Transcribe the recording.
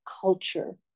culture